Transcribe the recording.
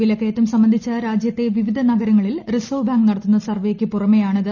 വിലക്കയറ്റം സംബന്ധിച്ച രാജ്യത്തെ വിവിധ നഗരങ്ങളിൽ റിസർവ്വ് ബദങ്ക് നടത്തുന്ന സർവ്വേയ്ക്ക് പുറമേ ആണിത്